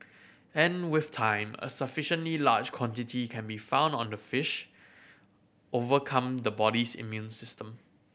and with time a sufficiently large quantity can be found on the fish overcome the body's immune system